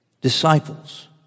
Disciples